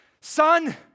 son